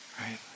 Right